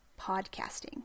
podcasting